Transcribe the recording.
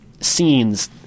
scenes